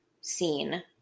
scene